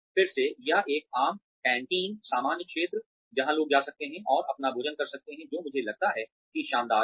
फिर से या एक आम कैंटीन सामान्य क्षेत्र जहां लोग जा सकते हैं और अपना भोजन कर सकते हैं जो मुझे लगता है कि शानदार है